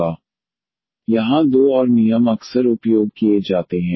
yc1cos 2xc2sin 2x 181 xsin 2x यहां दो और नियम अक्सर उपयोग किए जाते हैं